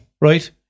Right